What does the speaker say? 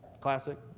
classic